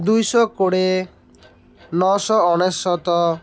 ଦୁଇ ଶହ କୋଡ଼ିଏ ନଅ ଶହ ଅନେଶ୍ୱତ